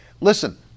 Listen